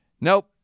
Nope